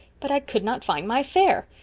but i could not find my fare.